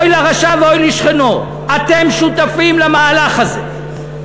"אוי לרשע ואוי לשכנו", אתם שותפים למהלך הזה.